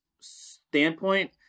standpoint